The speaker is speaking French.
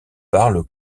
parlent